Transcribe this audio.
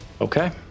Okay